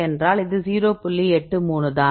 83 தான்